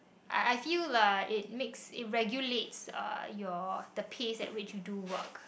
I I feel lah it makes it regulates uh your the pace which you do work